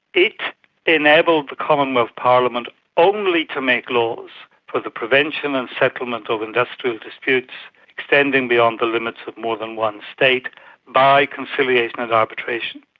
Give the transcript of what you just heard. it enabled the commonwealth parliament only to make laws for the prevention and settlement of industrial disputes extending beyond the limits of more than one state by conciliation and arbitration.